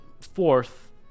fourth